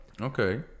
okay